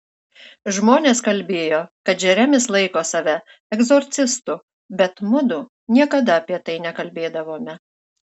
žmonės kalbėjo kad džeremis laiko save egzorcistu bet mudu niekada apie tai nekalbėdavome